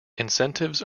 incentives